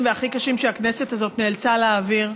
והכי קשים שהכנסת הזאת נאלצה להעביר.